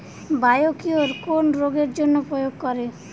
Biocure কোন রোগেরজন্য প্রয়োগ করে?